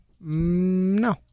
No